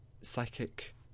psychic